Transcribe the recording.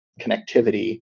connectivity